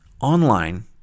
online